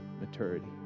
maturity